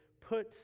put